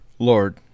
lord